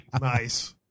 Nice